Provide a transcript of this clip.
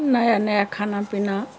नया नया खाना पीना